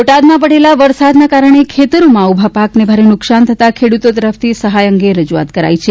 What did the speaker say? બોટાદમાં પડેલા વરસાદના કારણે ખેતરોમાં ઉભા પાકને ભારે નુકસાન થતા ખેડૂતો તરફથી સહાય અંગે રજુઆત કરાઇ છે